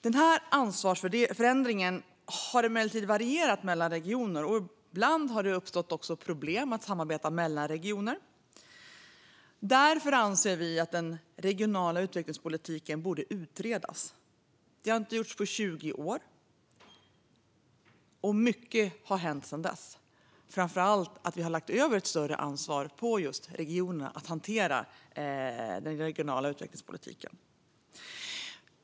Denna ansvarsförändring har emellertid varierat mellan regionerna. Ibland har det också uppstått problem med samarbete mellan regionerna. Vi anser därför att den regionala utvecklingspolitiken borde utredas. Det har inte gjorts på 20 år, och mycket har hänt sedan dess. Framför allt har vi lagt över ett större ansvar på just regionerna för att hantera den regionala utvecklingspolitiken.